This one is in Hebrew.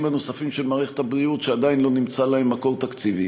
הנוספים של מערכת הבריאות שעדיין לא נמצא להם מקור תקציבי.